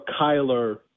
Kyler